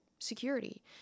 security